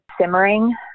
simmering